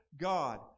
God